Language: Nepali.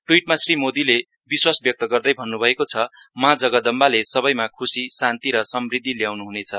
टूईटमा श्री मोदीले विश्वास व्यक्त गर्दै भन्न्भएको छ मा जगदम्बाले सबैमा ख्शी शान्ति र समृद्धी ल्याउनुह्नेछ